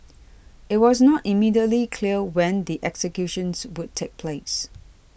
it was not immediately clear when the executions would take place